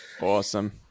Awesome